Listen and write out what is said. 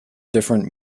different